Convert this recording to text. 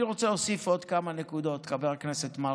אני רוצה להוסיף עוד כמה נקודות, חבר הכנסת מרגי.